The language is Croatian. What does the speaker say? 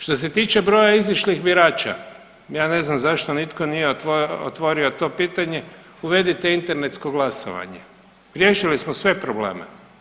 Što se tiče broja izišlih birača ja ne znam zašto nitko nije otvorio to pitanje, uvedite internetsko glasovanje, riješili smo sve probleme.